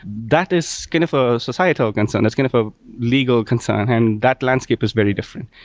that is so kind of a societal concern. it's kind of a legal concern, and that landscape is very different.